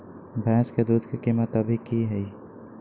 भैंस के दूध के कीमत अभी की हई?